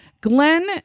Glenn